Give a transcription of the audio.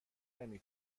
نمی